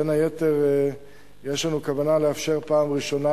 בין היתר יש לנו כוונה לאפשר בפעם הראשונה